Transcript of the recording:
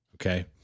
okay